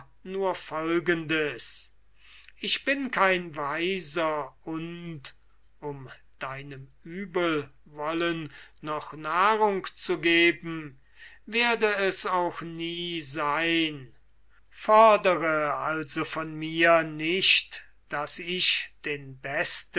folgendes ich bin kein weiser und um deinem uebelwollen noch nahrung zu geben werde es auch nie sein fordere also von mir nicht daß ich den besten